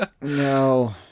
No